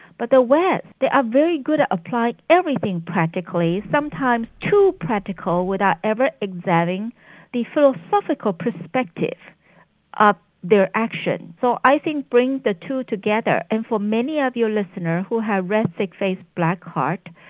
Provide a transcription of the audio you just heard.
but the west are ah very good at applying everything practically, sometimes too practical without ever exerting the philosophical perspective of their action. so i think bring the two together, and for many of your listeners who have read thick face black heart,